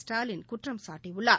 ஸ்டாலின் குற்றம் சாட்டியுள்ளார்